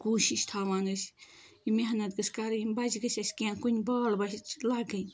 کوٗشش تھاوان أسۍ یہِ محنت گٔژھۍ کَرٕنۍ بَچہٕ گٔژھۍ اَسہِ کیٚنٛہہ کُنہِ بال بَچھ لَگٕنۍ